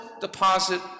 deposit